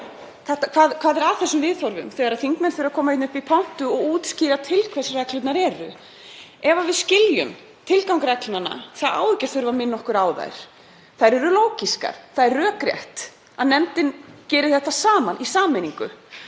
hvað er að þessum viðhorfum þegar þingmenn þurfa að koma upp í pontu og útskýra til hvers reglurnar eru. Ef við skiljum tilgang reglnanna þá á ekki að þurfa að minna okkur á þær. Þær eru lógískar. Það er rökrétt að nefndin geri þetta saman, í sameiningu.